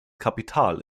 kapital